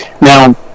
Now